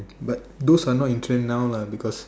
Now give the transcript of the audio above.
but those are not in trend now lah because